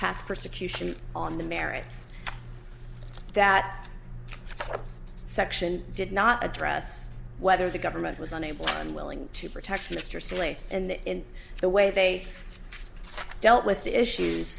past persecution on the merits that section did not address whether the government was unable or unwilling to protect mr c least and the way they dealt with the issues